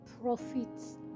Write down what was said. profits